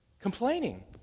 Complaining